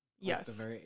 Yes